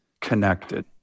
connected